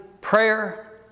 prayer